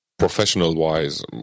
Professional-wise